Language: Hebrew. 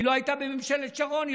היא לא הייתה בממשלת שרון,